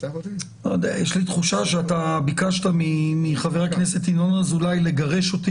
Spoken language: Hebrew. יש לי תחושה שאתה ביקשת מחבר הכנסת ינון אזולאי לגרש אותי